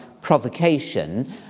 provocation